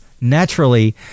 naturally